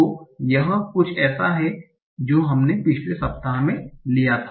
तो यह कुछ ऐसा है जो हमने पिछले सप्ताह में लिया था